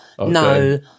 No